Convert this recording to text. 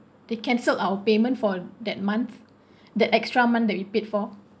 they cancelled our payment for that month that extra month that we paid for